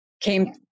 came